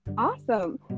Awesome